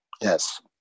Yes